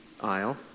aisle